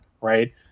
Right